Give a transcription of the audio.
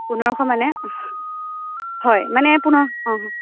পোন্ধৰশ মানে হয় মানে পোন্ধৰ অঁ হয়